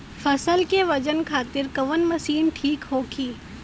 फसल के वजन खातिर कवन मशीन ठीक होखि?